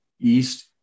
east